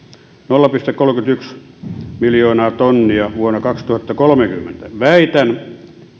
nolla pilkku kolmekymmentäyksi miljoonaa tonnia vuonna kaksituhattakolmekymmentä väitän